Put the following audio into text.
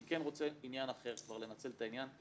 אני כן רוצה עניין אחר, כבר לנצל את העניין.